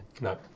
no